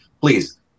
please